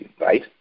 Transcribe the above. right